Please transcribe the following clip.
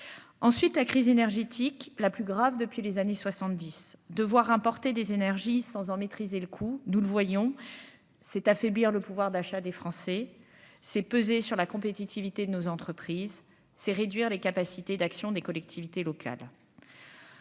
ensuite la crise énergétique la plus grave depuis les années 70 devoir importer des énergies sans en maîtriser le coût, nous le voyons, c'est affaiblir le pouvoir d'achat des Français c'est peser sur la compétitivité de nos entreprises, c'est réduire les capacités d'action des collectivités locales